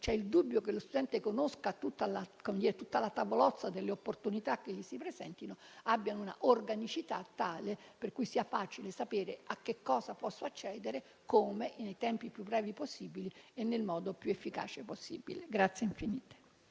c'è il dubbio che lo studente conosca tutta la tavolozza delle opportunità che gli si presentano), abbiano un'organicità tale per cui sia facile sapere a cosa possono accedere e come, nei tempi più brevi e nel modo più efficace possibili.